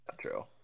true